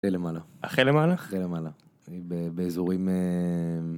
למעלה אחרי למעלה אחרי למעלה באזורים.